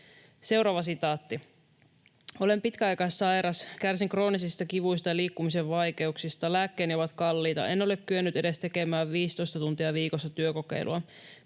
puututaan.” ”Olen pitkäaikaissairas. Kärsin kroonisista kivuista ja liikkumisen vaikeuksista. Lääkkeeni ovat kalliita. En ole kyennyt edes tekemään 15 tuntia viikossa työkokeilua.